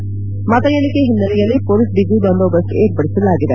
ನಾಳಿನ ಮತ ಎಣಿಕೆ ಹಿನ್ನೆಲೆಯಲ್ಲಿ ಮೊಲೀಸ್ ಬಿಗಿ ಬಂದೋಬಸ್ತ್ ಏರ್ಪಡಿಸಲಾಗಿದೆ